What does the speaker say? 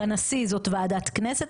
בנשיא זאת ועדת כנסת,